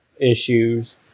issues